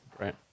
Right